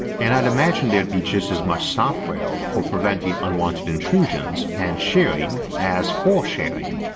and i'd imagine there'd be just as much software for preventing unwanted intrusions and sharing as for sharing.